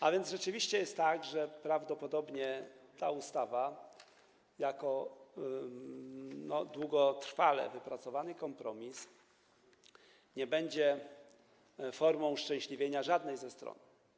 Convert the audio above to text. A więc rzeczywiście jest tak, że prawdopodobnie ta ustawa, ten długotrwale wypracowany kompromis nie będzie formą uszczęśliwienia żadnej ze stron.